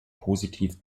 positiv